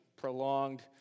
prolonged